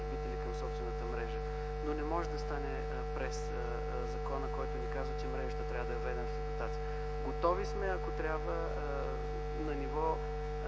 към собствената мрежа, но не може да стане през закона, който казва, че мрежата трябва да е въведена в експлоатация. Готови сме, ако трябва, на ниво